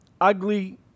ugly